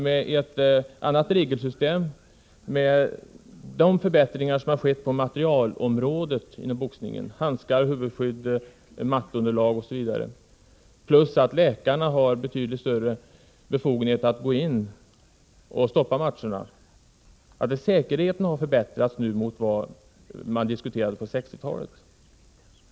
Med ett annat regelsystem, med de förbättringar som har skett på materialområdet inom boxningen, handskar, huvudskydd, mattunderlag osv. — plus det förhållandet att läkarna har betydligt större befogenheter än tidigare att gå in och stoppa matcher — har säkerheten förbättrats i förhållande till 1960-talet.